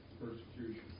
Persecution